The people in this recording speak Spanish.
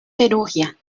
perugia